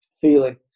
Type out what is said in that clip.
feeling